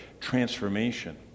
transformation